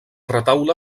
retaule